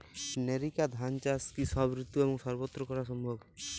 NERICA ধান চাষ কি সব ঋতু এবং সবত্র করা সম্ভব?